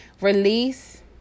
Release